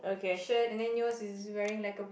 shirt and then yours is wearing like a shirt